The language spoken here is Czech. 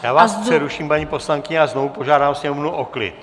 Já vás přeruším, paní poslankyně a znovu požádám sněmovnu o klid.